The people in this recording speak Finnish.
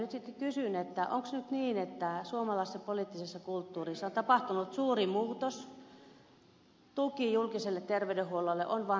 onko nyt niin että suomalaisessa poliittisessa kulttuurissa on tapahtunut suuri muutos että tuki julkiselle terveydenhuollolle on vaan tällä salin vasemmalla laidalla